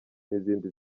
n’izindi